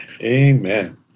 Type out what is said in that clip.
Amen